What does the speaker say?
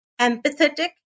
empathetic